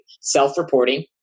self-reporting